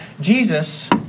Jesus